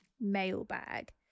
mailbag